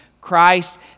christ